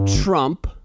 Trump